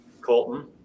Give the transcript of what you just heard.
Colton